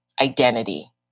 identity